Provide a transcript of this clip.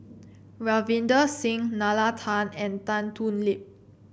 Ravinder Singh Nalla Tan and Tan Thoon Lip